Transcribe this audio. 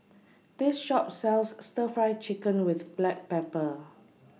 This Shop sells Stir Fry Chicken with Black Pepper